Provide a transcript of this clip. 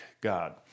God